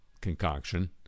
concoction